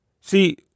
see